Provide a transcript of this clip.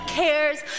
cares